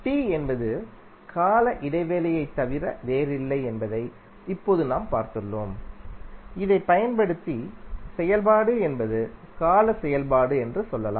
T என்பது கால இடைவெளியைத் தவிர வேறில்லை என்பதை இப்போது நாம் பார்த்துள்ளோம் இதைப் பயன்படுத்தி செயல்பாடு என்பது கால செயல்பாடு என்று சொல்லலாம்